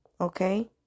Okay